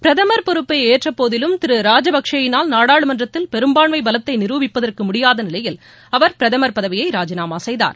பிரதம் பொறுப்பை ஏற்றபோதிலும் திரு ராஜபக்சேயினால் நாடாளுமன்றத்தில் பெரும்பான்மை பலத்தை நிருபிக்கு முடியாத நிலையில் அவர் பிரதமர் பதவியை ராஜினாமா செய்தார்